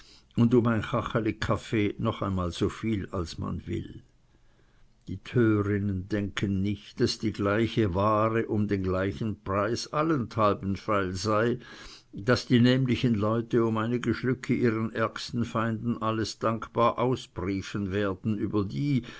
kacheli kaffee noch einmal so viel als man will die törinnen denken nicht daß die gleiche ware um den gleichen preis allenthalben feil sei daß die nämlichen leute um einige schlucke ihren ärgsten feinden alles dankbar ausbriefen werden über die